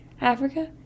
Africa